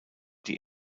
die